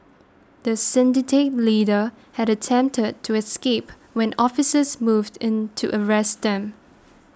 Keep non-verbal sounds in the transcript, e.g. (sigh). the (unintelligible) leader had attempted to escape when officers moved in to arrest them